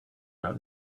got